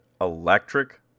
electric